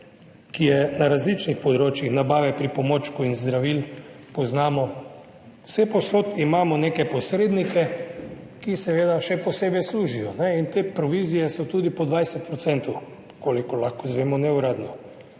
ki je na različnih področjih nabave pripomočkov in zdravil, poznamo, vsepovsod imamo neke posrednike, ki seveda še posebej služijo. In te provizije so tudi po 20 %, kolikor lahko izvemo neuradno.